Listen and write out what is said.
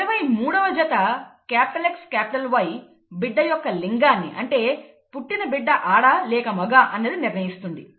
23వ జత XY బిడ్డ యొక్క లింగాన్ని అంటే పుట్టిన బిడ్డ ఆడ లేక మగ అన్నది నిర్ణయిస్తుంది